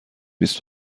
بیست